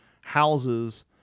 houses